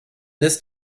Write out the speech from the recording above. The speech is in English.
this